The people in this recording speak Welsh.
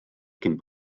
cyn